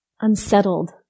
unsettled